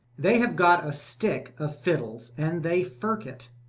they have got a stick of fiddles, and they firk it,